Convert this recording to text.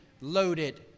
loaded